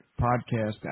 podcast